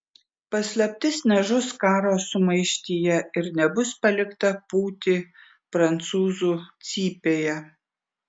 paslaptis nežus karo sumaištyje ir nebus palikta pūti prancūzų cypėje